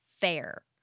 fair